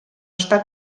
està